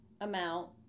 amount